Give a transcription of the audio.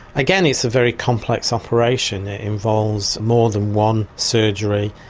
again it's a very complex operation, it involves more than one surgery,